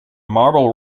marble